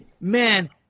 Man